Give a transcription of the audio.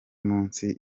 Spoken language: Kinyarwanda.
munsi